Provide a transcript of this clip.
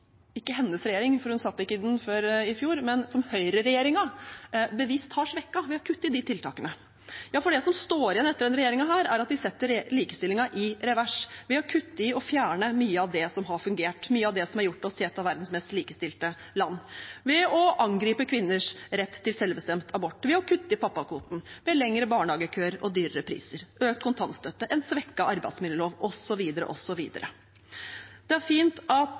bevisst har svekket ved å kutte i de tiltakene. Det som står igjen etter denne regjeringen, er at de setter likestillingen i revers ved å kutte i og fjerne mye av det som har fungert, mye av det som har gjort oss til et av verdens mest likestilte land, ved å angripe kvinners rett til selvbestemt abort, ved å kutte i pappakvoten, ved lengre barnehagekøer og høyere priser, økt kontantstøtte, en svekket arbeidsmiljølov, osv., osv. Det er fint at